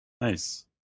Nice